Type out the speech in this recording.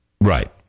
Right